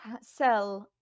sell